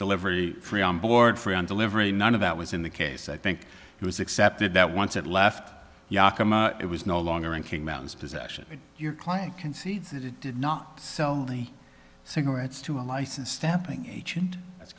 delivery free on board for on delivery none of that was in the case i think it was accepted that once it left it was no longer and came out its possession your client concedes that it did not sell the cigarettes to a licensed stamping agent that's